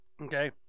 okay